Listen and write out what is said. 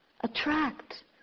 attract